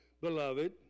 beloved